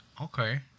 Okay